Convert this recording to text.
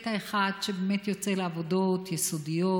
קטע אחד שיוצא לעבודות יסודיות,